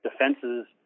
defenses